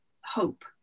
hope